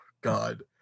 God